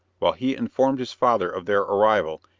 while he informed his father of their arrival,